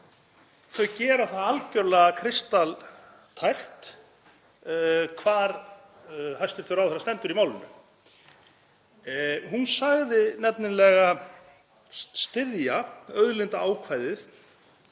þau gera það algerlega kristaltært hvar hæstv. ráðherra stendur í málinu. Hún sagðist nefnilega styðja auðlindaákvæðið